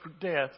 death